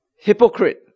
hypocrite